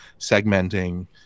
segmenting